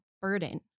burden